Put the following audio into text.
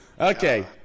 Okay